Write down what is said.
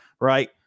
right